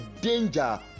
danger